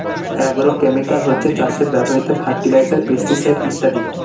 agrochemical হচ্ছে চাষে ব্যবহৃত ফার্টিলাইজার, পেস্টিসাইড ইত্যাদি